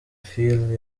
flynn